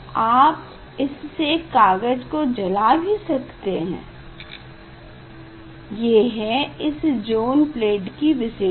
आप इससे कागज को जला भी सकते हैं ये है इस ज़ोन प्लेट की विशेषता